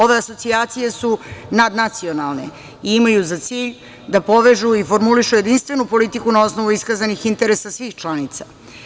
Ove asocijacije su nadnacionalne i imaju za cilj da povežu i formulišu jedinstvenu politiku na osnovu iskazanih interesa svih članica.